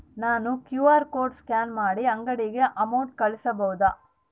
ನಾನು QR code scan ಮಾಡಿ ಅಂಗಡಿಗೆ ಅಮೌಂಟ್ ಕಳಿಸಬಹುದಾ?